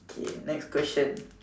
okay next question